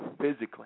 Physically